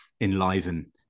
enliven